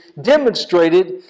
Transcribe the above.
Demonstrated